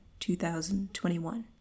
2021